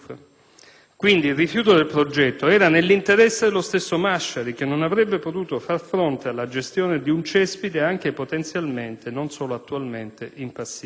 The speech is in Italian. Quindi, il rifiuto del progetto era nell'interesse dello stesso Masciari, che non avrebbe potuto far fronte alla gestione di un cespite anche potenzialmente, non solo attualmente, in passivo.